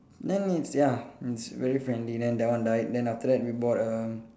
then it's ya it's very friendly then that one died then after that we bought a